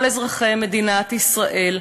כל אזרחי מדינת ישראל,